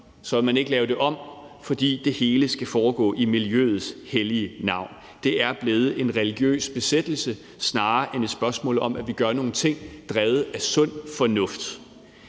vil man ikke lave det om, fordi det hele skal foregå i miljøets hellige navn. Det er blevet en religiøs besættelse snarere end et spørgsmål om at gøre nogle ting drevet af sund fornuft.